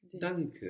Danke